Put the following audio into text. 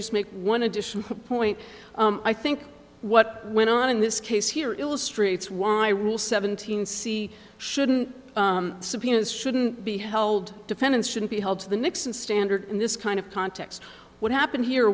just make one additional point i think what went on in this case here illustrates why rule seventeen c shouldn't subpoenas shouldn't be held defendants shouldn't be held to the nixon standard in this kind of context what happened here